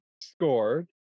scored